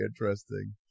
interesting